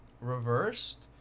reversed